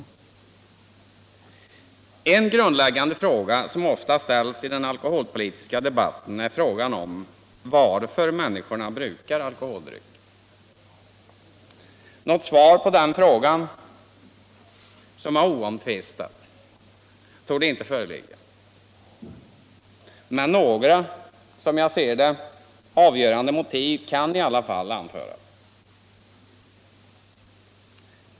En grundläggande fråga, som ofta ställs i den alkoholpolitiska debatten, är varför människorna brukar alkoholdrycker. Något svar på den frågan, som är oomtvistat, torde inte föreligga. Men några, som jag ser det, avgörande motiv kan i alla fall anföras.